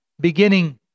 beginning